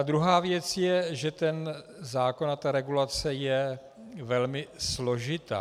Druhá věc je, že zákon a regulace je velmi složitá.